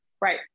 right